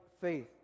faith